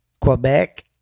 Quebec